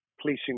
policing